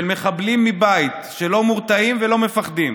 של מחבלים מבית שלא מורתעים ולא מפחדים,